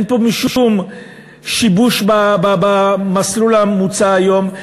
אין פה משום שיבוש המסלול המוצע היום,